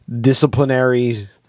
disciplinary